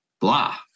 blah